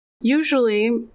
Usually